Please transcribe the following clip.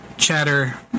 Chatter